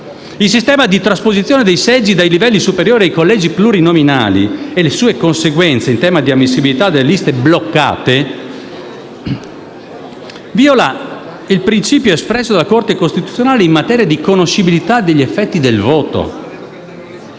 Il sistema di trasposizione dei seggi dai livelli superiori ai collegi plurinominali e le sue conseguenze in tema di ammissibilità delle liste boccate viola il principio espresso dalla Corte costituzionale in materia di conoscibilità degli effetti del voto.